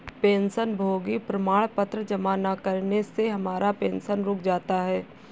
पेंशनभोगी प्रमाण पत्र जमा न करने से हमारा पेंशन रुक जाता है